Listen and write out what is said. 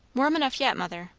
warm enough yet, mother.